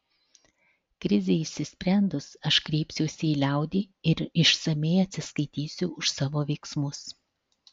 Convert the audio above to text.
krizei išsisprendus aš kreipsiuosi į liaudį ir išsamiai atsiskaitysiu už savo veiksmus